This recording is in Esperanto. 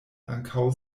ankaŭ